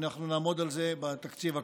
אנחנו נעמוד על זה בתקציב הקרוב.